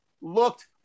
looked